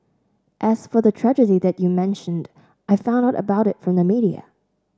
as for the tragedy that you mentioned I found out about it from the media